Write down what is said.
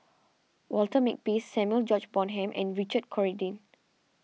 Walter Makepeace Samuel George Bonham and Richard Corridon